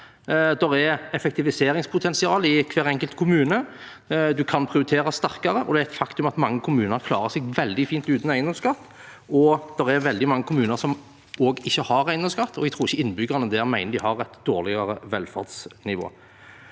Det er effektiviseringspotensial i hver enkelt kommune. En kan prioritere sterkere. Det er et faktum at mange kommuner klarer seg veldig fint uten eiendomsskatt. Det er veldig mange kommuner som ikke har eiendomsskatt, og jeg tror ikke innbyggerne der mener de har et dårligere velferdsnivå.